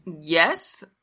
yes